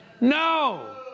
No